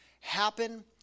happen